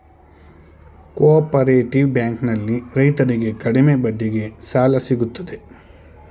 cooperative bank ನಲ್ಲಿ ರೈತರಿಗೆ ಕಡಿಮೆ ಬಡ್ಡಿಗೆ ಸಾಲ ಸಿಗುತ್ತದೆ